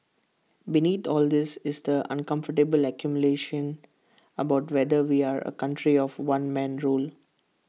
beneath all this is the uncomfortable accusation about whether we are A country of one man rule